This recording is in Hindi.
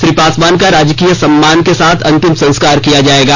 श्री पासवान का राजकीय सम्मान के साथ अंतिम संस्कार किया जाएगा